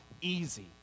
easy